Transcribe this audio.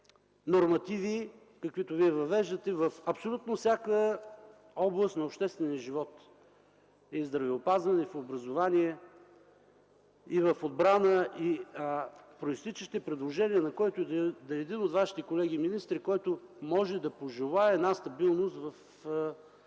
нормативи, каквито Вие въвеждате в абсолютно всяка област на обществения живот – и в здравеопазване, и в образование, и в отбрана, и произтичащи предложения на който и да е един от вашите колеги министри, който може да пожелае една стабилност в